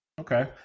Okay